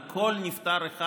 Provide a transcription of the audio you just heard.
וכל נפטר אחד